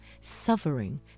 suffering